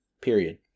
Period